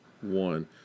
One